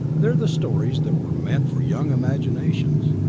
they're the stories that were meant for young imaginations,